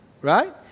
right